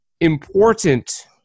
important